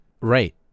Right